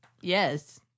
Yes